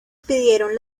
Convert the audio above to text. pidieron